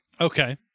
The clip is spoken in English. okay